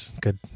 good